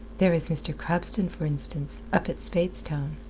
there is mr. crabston, for instance, up at speightstown.